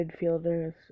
midfielders